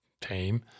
tame